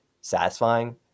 satisfying